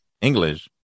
English